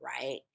Right